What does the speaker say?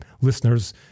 listeners